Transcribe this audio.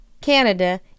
Canada